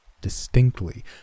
distinctly